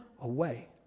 away